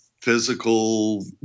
physical